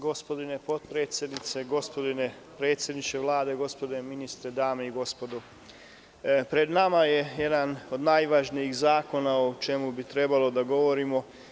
Gospođo potpredsednice, gospodine predsedniče Vlade, gospodo ministri, dame i gospodo, pred nama je jedan od najvažnijih zakona, o čemu bi trebalo da govorimo.